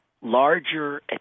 larger